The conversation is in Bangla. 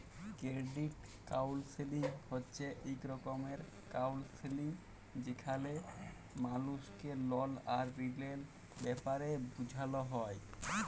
কেরডিট কাউলসেলিং হছে ইক রকমের কাউলসেলিংযেখালে মালুসকে লল আর ঋলের ব্যাপারে বুঝাল হ্যয়